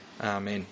Amen